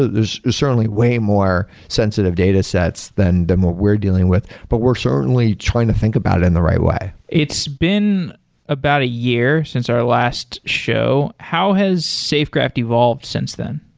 there's certainly way more sensitive datasets than what we're dealing with, but were certainly trying to think about in the right way. it's been about a year since our last show. how his safegraph evolved since then?